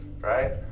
Right